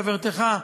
חברתך,